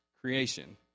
creation